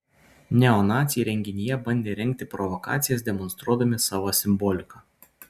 neonaciai renginyje bandė rengti provokacijas demonstruodami savo simboliką